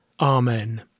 Amen